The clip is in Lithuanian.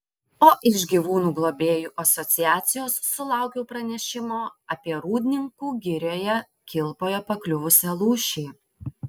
o iš gyvūnų globėjų asociacijos sulaukiau pranešimo apie rūdninkų girioje kilpoje pakliuvusią lūšį